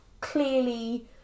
clearly